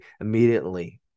immediately